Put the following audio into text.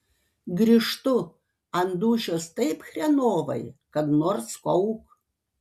grįžtu ant dūšios taip chrenovai kad nors kauk